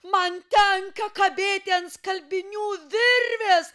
man tenka kabėti ant skalbinių virvės